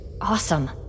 awesome